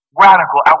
radical